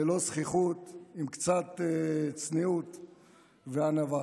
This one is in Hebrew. ללא זחיחות, עם קצת צניעות וענווה,